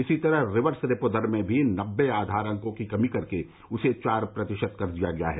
इसी तरह reverse repo दर में भी नब्बे आधार अंकों की कमी करके उसे चार प्रतिशत कर दिया गया है